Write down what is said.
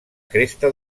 cresta